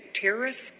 terrorists